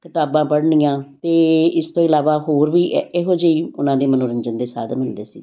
ਕਿਤਾਬਾਂ ਪੜ੍ਹਨੀਆਂ ਅਤੇ ਇਸ ਤੋਂ ਇਲਾਵਾ ਹੋਰ ਵੀ ਏ ਇਹੋ ਜਿਹੇ ਉਹਨਾਂ ਦੇ ਮਨੋਰੰਜਨ ਦੇ ਸਾਧਨ ਹੁੰਦੇ ਸੀ